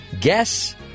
guess